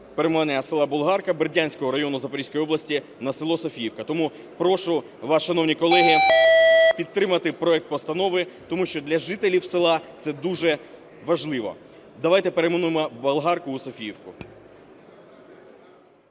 перейменування села Болгарка Бердянського району Запорізької області на село Софіївка. Тому прошу вас, шановні колеги, підтримати проект постанови, тому що для жителів села це дуже важливо. Давайте перейменуємо Болгарку у Софіївку.